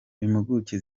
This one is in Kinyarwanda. impuguke